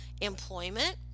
employment